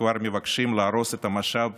וכבר מבקשים להרוס את המשאב